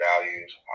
values